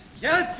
young